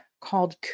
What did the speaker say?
called